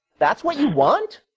that's what you want?